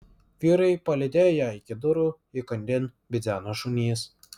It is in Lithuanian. vyrai palydėjo ją iki durų įkandin bidzeno šunys